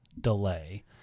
delay